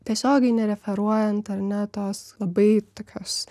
tiesiogiai nereferuojant ar ne tos labai tokios